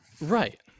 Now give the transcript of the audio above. Right